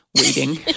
waiting